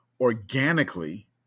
organically